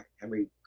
henry